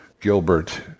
Gilbert